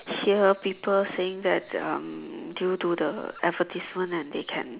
hear people saying that um due to the advertisement and they can